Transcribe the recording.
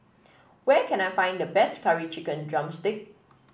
where can I find the best Curry Chicken drumstick